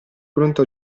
pronto